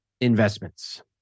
investments